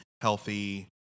healthy